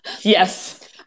Yes